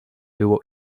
było